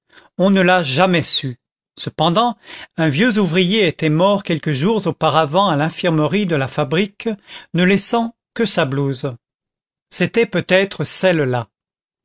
on ne l'a jamais su cependant un vieux ouvrier était mort quelques jours auparavant à l'infirmerie de la fabrique ne laissant que sa blouse c'était peut-être celle-là